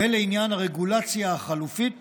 ולעניין הרגולציה החלופית